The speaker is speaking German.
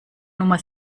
nummer